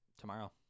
Tomorrow